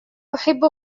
أحب